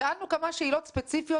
שאלנו כמה שאלות ספציפיות,